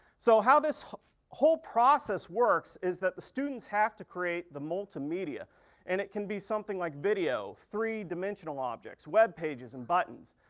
so how this whole process works is that the students have to create the multimedia and it can be something like video, three dimensional objects, web pages, and buttons.